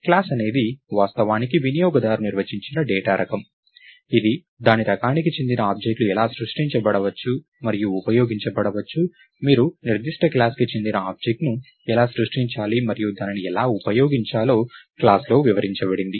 class అనేది వాస్తవానికి వినియోగదారు నిర్వచించిన డేటా రకం ఇది దాని రకానికి చెందిన ఆబ్జెక్ట్ లు ఎలా సృష్టించబడవచ్చు మరియు ఉపయోగించబడవచ్చు మీరు నిర్దిష్ట క్లాస్ కి చెందిన ఆబ్జెక్ట్ ను ఎలా సృష్టించాలి మరియు దానిని ఎలా ఉపయోగించాలో క్లాస్లో వివరించబడింది